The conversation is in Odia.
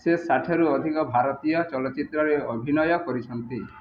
ସେ ଷାଠିଏ ରୁ ଅଧିକ ଭାରତୀୟ ଚଳଚ୍ଚିତ୍ରରେ ଅଭିନୟ କରିଛନ୍ତି